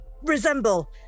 resemble